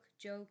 joke